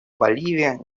боливия